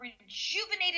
rejuvenated